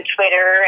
Twitter